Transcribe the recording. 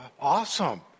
Awesome